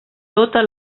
tota